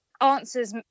answers